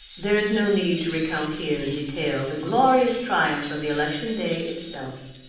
there is no need to recount here in detail the glorious triumph of the election day itself.